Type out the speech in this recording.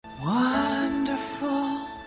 Wonderful